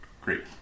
great